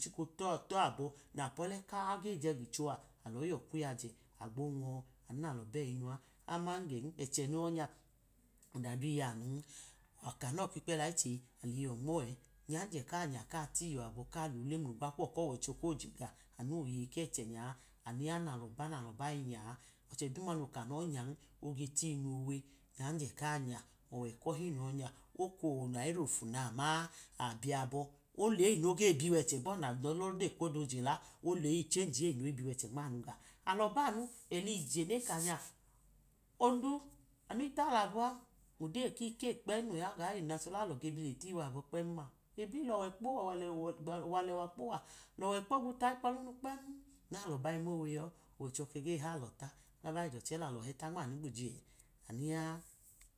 Ọda noge tuwọ aloo napọlẹ kaa ge jẹ gicho a alọyi yo̱ kun yaje agbo nwọ, anu nalọ beyine a aman gẹn ẹchẹ no yọ ny a ọda du iyanuni ana ke kwela chẹyi aliyọ nmo ẹ, nyanye kanja katiyọ be kanyẹ kole mulogwa kuwọ kọwọcho ko je gaọ anu woye yi kẹchẹ nya, anu ya nalọ na nalọ bayi nyan, ọchẹ duma nokanọ inyan, oge tyimu owe, nyanjẹ kanya, ọwẹ kọhi noyọ nya, oko wunava ofu nama, abiyo abọ, ogẹ leyi noge bi walẹ gọ bọ nagbọ yodeyi koda oje la, oluchenji eye noge bẹchẹ nmamu gaọ alọ bamu elije neka nya ondi amu atalọ abọ an, ọdeyi ki keyi kpem, noya waye ye nya achọlalọ ge bi le tiyiwa abọ kpẹm edi lọwẹ lọwẹ kpo gwu tayi polunu nu nalọ bayai nowe yọ acho ge halọ da, agabadu ọchẹ lelọ bita nmamu gboji ẹ nya.